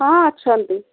ହଁ ଅଛନ୍ତି